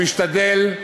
הוא משתדל,